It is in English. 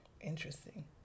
Interesting